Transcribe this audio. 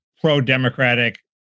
pro-democratic